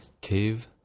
Cave